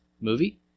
movie